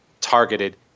targeted